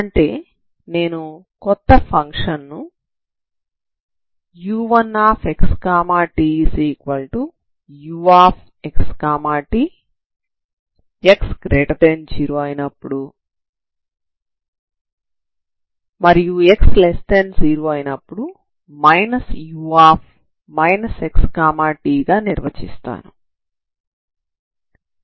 అంటే నేను కొత్త ఫంక్షన్ ను u1xtuxt x0 u xt x0 గా నిర్వచిస్తాను